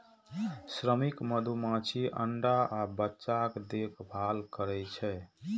श्रमिक मधुमाछी अंडा आ बच्चाक देखभाल करै छै